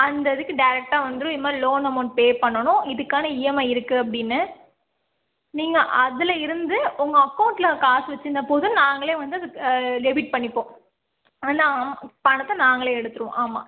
அந்த இதுக்கு டேரெக்டாக வந்துரும் இதுமாதிரி லோன் அமௌண்ட் பே பண்ணணும் இதுக்கான இஎம்ஐ இருக்கு அப்படின்னு நீங்கள் அதில் இருந்து உங்கள் அக்கௌண்ட்டில் காசு வச்சுருந்தா போதும் நாங்களே வந்து அது டெபிட் பண்ணிப்போம் ஆனால் பணத்தை நாங்களே எடுத்துருவோம் ஆமாம்